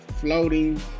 floating